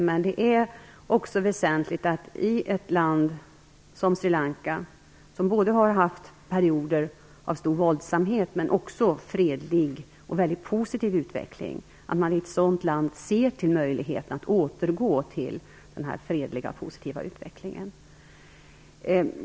Men det är också väsentligt att man i ett land som Sri Lanka - som har haft perioder av både stor våldsamhet och fredlig och mycket positiv utveckling - ser till möjligheterna att återgå till den här fredliga och positiva utvecklingen.